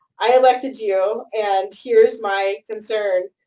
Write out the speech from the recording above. i elected you, and here's my concern.